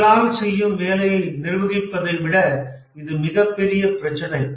உடலால் செய்யும் வேலையை நிர்வகிப்பதை விட இது மிகப் பெரிய பிரச்சினை